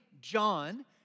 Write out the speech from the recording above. John